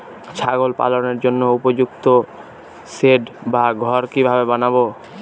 ছাগল পালনের জন্য উপযুক্ত সেড বা ঘর কিভাবে বানাবো?